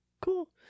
cool